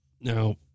Now